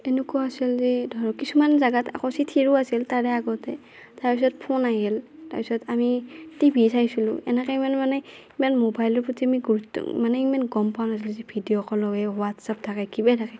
এনেকুৱা আছিল যি ধৰক কিছুমান জাগাত আকৌ চিঠিও আছিল তাৰে আগতে তাৰপিছত ফোন আহিল তাৰপিছত আমি টিভি চাইছিলোঁ এনেকে ইমান মানে ইমান ম'বাইলৰ প্ৰতি আমি গুৰুত্ব মানে ইমান গম পোৱা নাছিলোঁ যে ভিডিঅ' ক'লো হয় হোৱাটছএপ থাকে কিবা থাকে